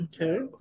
Okay